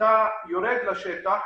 אתה יורד לשטח